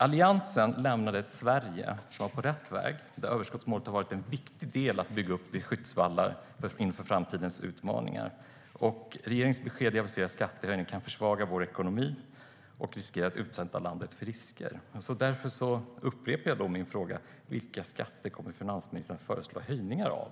Alliansen lämnade ett Sverige som var på rätt väg, där överskottsmålet har varit en viktig del i att bygga skyddsvallar inför framtidens utmaningar. Regeringens besked om aviserade skattehöjningar kan försvaga vår ekonomi och riskerar att utsätta landet för risker. Därför upprepar jag min fråga: Vilka skatter kommer finansministern att föreslå höjningar av?